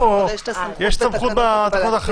אז יש את הסמכות של תקנות הגבלת פעילות.